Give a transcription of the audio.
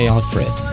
Alfred